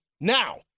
Now